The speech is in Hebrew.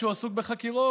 כשהוא עסוק בחקירות.